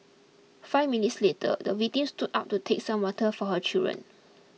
five minutes later the victim stood up to take some water for her children